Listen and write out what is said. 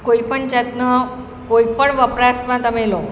કોઈપણ જાતનાં કોઈપણ વપરાશમાં તમે લો